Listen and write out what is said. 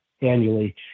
annually